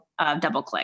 DoubleClick